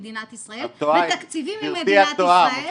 ותקציבים ממדינת ישראל --- גברתי,